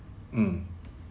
mm